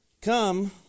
Come